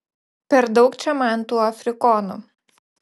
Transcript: per daug čia man tų afrikonų